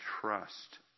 trust